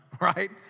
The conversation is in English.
Right